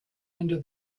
under